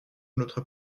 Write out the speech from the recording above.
notre